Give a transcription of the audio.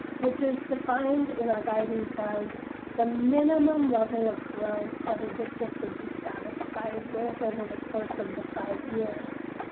which is defined in our guidance, as the minimum level of growth that a district would be satisfied with over the course of the five years.